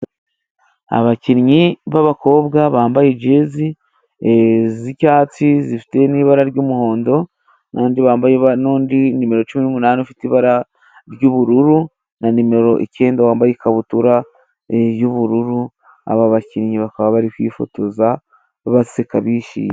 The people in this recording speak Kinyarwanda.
Abakinnyi b'abakobwa bambaye ijezi z'icyatsi zifite n'ibara ry'umuhondo n'undi wambaye nimero cumi n'umunani ufite ibara ry'ubururu na nimero icyenda wambaye ikabutura y'ubururu, aba bakinnyi bakaba bari kwifotoza baseka bishimye.